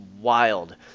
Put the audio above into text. wild